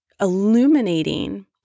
illuminating